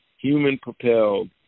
human-propelled